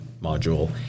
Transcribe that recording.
module